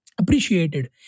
appreciated